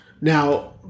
now